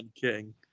King